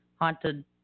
haunted